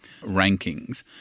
rankings